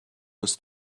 was